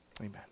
Amen